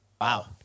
Wow